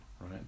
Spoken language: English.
right